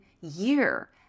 year